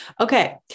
Okay